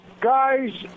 Guys